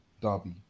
Derby